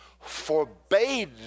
forbade